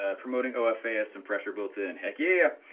ah promoting ofas and pressure boats and heck yeah.